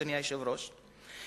אדוני היושב-ראש,